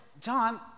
John